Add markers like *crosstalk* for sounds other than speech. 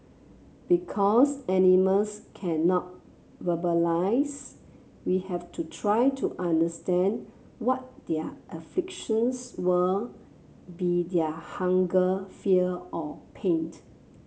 because animals cannot verbalise we had to try to understand what their *unintelligible* were be they hunger fear or pain